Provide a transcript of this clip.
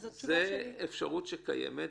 זו אפשרות שקיימת,